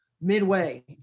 midway